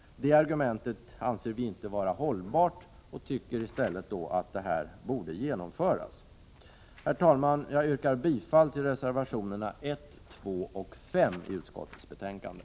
Det argumentet anser vi inte vara hållbart och tycker i stället att detta förslag bör genomföras. Herr talman! Jag yrkar bifall till reservationerna 1, 2 och 5 i utskottets betänkande.